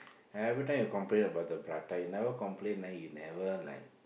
evertime you complain about the prata you never complain then you never like